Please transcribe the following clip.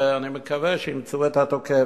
ואני מקווה שימצאו את התוקף.